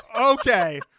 okay